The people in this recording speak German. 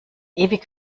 ewig